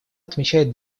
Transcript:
отмечает